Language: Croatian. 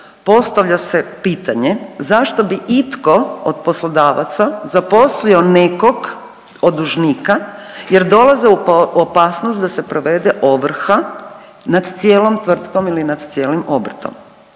postavlja se pitanje zašto bi itko od poslodavaca zaposlio nekog od dužnika jer dolaze u opasnost da se provede ovrha nad cijelom tvrtkom ili nad cijelim obrtom.